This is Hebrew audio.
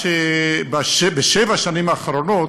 בשבע השנים האחרונות,